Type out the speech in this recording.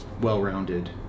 well-rounded